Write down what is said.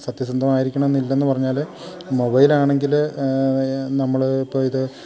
സത്യസന്ധമായിരിക്കണം എന്നില്ലെന്ന് പറഞ്ഞാല് മൊബൈലാണെങ്കില് നമ്മള് ഇപ്പം ഇത്